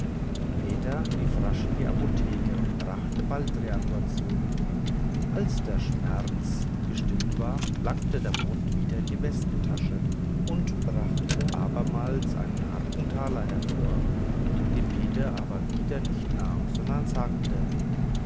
peter lief rasch in die apotheke und brachte baldrianwurzel als der schmerz gestillt war langte der mond wieder in die westentasche und brachte abermals einen harten taler hervor den peter aber wieder nicht nahm sondern sagte